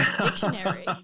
dictionary